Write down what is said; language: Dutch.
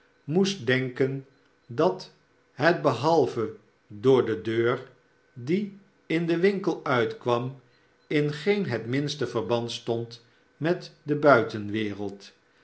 moest denken dat het behalve door de deur die in den winkel uitkwam in geen het minste verband stond met de buitenwereld